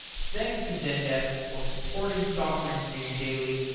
thanks to zendesk for supporting software engineering daily,